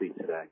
today